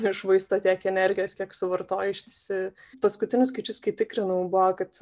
iššvaisto tiek energijos kiek suvartoja ištisi paskutinius skaičius kai tikrinau buvo kad